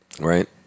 Right